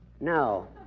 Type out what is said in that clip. No